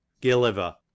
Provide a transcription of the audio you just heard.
Gilliver